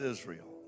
Israel